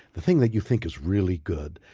the thing that you think is really good.